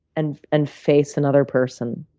and and face another person,